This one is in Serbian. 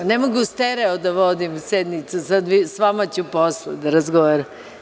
Ne mogu stereo da vodim sednicu, sa vama ću posle da razgovaram.